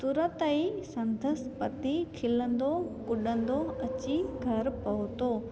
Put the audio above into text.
तुरंत ई संदसि पती खिलंदो कुॾंदो अची घरु पहुतो